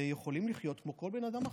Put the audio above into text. ויכולים לחיות כמו כל בן אדם אחר.